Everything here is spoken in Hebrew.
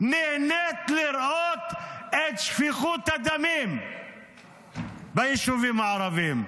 נהנית לראות את שפיכות הדמים ביישובים הערביים?